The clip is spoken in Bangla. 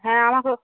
হ্যাঁ